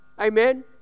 amen